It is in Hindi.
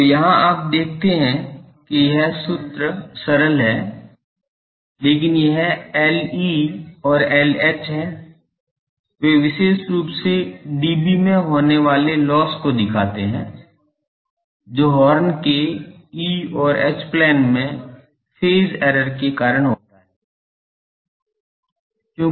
तो यहाँ आप देखते हैं कि यह सूत्र अन्यथा सरल है लेकिन यह Le और Lh हैं वे विशेष रूप से dB में होने वाले लोस्स को दिखाते हैं जो हॉर्न के E और H प्लेन में फेज एरर के कारण होता है